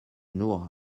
nur